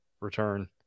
return